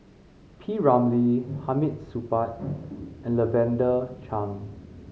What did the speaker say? P Ramlee Hamid Supaat and Lavender Chang